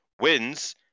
wins